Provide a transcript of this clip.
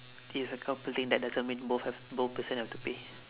this is a couple thing that doesn't mean both have both person have to pay